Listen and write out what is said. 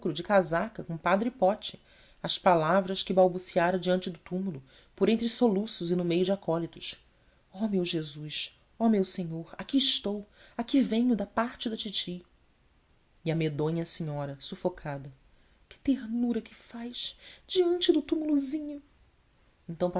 de casaca com padre pote as palavras que balbuciara diante do túmulo por entre soluços e no meio de acólitos oh meu jesus oh meu senhor aqui estou aqui venho da parte da titi e a medonha senhora sufocada que ternura que faz diante do tumulozinho então